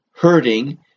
hurting